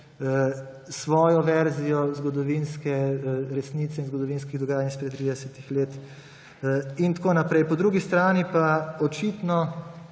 svojo verzijo zgodovinske resnice in zgodovinskih dogajanj izpred 30 let in tako naprej. Po drugi strani pa očitno